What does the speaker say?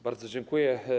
Bardzo dziękuję.